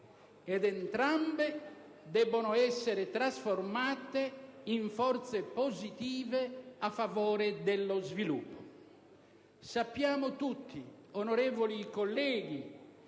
ed entrambe devono essere trasformate in forze positive a favore dello sviluppo. Sappiamo tutti, onorevoli colleghi,